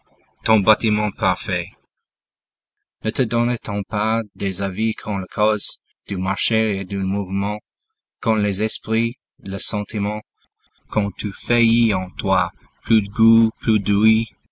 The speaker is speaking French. ton bâtiment parfait ne te donna-t-on pas des avis quand la cause du marcher et du mouvement quand les esprits le sentiment quand tout faillit en toi plus de goût